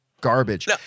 garbage